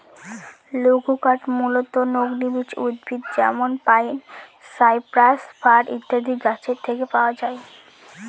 লঘুকাঠ মূলতঃ নগ্নবীজ উদ্ভিদ যেমন পাইন, সাইপ্রাস, ফার ইত্যাদি গাছের থেকে পাওয়া যায়